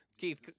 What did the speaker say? Keith